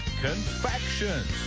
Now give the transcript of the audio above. confections